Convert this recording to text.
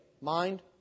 Mind